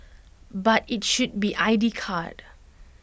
but IT should be I D card